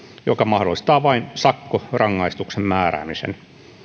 joka mahdollistaa vain sakkorangaistuksen määräämisen